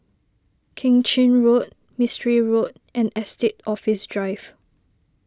Keng Chin Road Mistri Road and Estate Office Drive